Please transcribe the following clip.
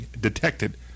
detected